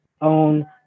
own